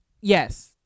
yes